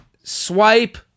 Swipe